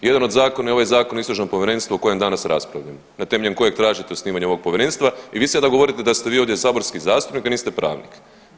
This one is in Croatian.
Jedan od zakona je ovaj Zakon o istražnom povjerenstvu o kojem danas raspravljamo na temelju kojeg tražite osnivanje ovog povjerenstva i vi sada govorite da ste vi ovdje saborski zastupnik, a niste pravnik.